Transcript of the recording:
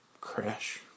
Crash